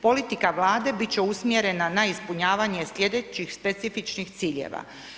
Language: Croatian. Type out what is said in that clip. Politika Vlade bit će usmjerena na ispunjavanje sljedećih specifičnih ciljeva.